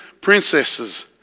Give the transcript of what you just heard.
princesses